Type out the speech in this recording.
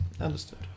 Understood